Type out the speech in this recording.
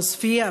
בעוספיא,